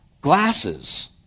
glasses